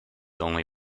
only